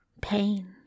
pain